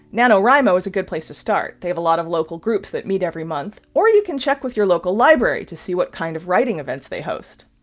nanowrimo is a good place to start. they have a lot of local groups that meet every month. or you can check with your local library to see what kind of writing events they host.